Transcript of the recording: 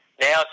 now